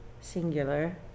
singular